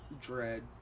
dread